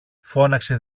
φώναξε